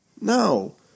No